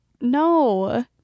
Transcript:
no